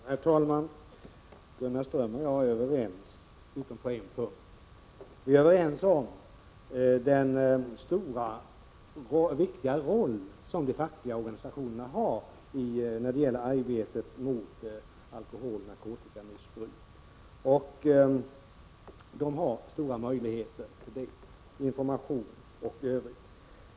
Herr talman! Gunnar Ström och jag är överens utom på en punkt. Vi är överens om den viktiga roll som de fackliga organisationerna har när det gäller kampen mot alkoholoch narkotikamissbruk. De har stora möjligheter att ge information m.m.